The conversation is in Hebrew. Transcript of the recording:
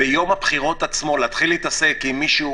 ביום הבחירות עצמו להתחיל להתעסק אם מישהו